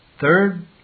Third